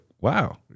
wow